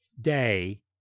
day